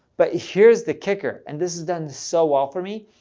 but here's the kicker and this has done so well for me,